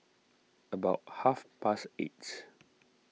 about half past eight